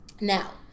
now